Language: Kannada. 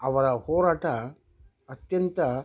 ಅವರ ಹೋರಟ ಅತ್ಯಂತ